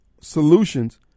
solutions